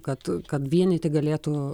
kad kad vienyti galėtų